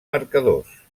marcadors